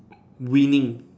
winning